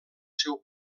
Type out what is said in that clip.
seu